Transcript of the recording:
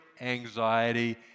anxiety